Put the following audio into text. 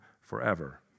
forever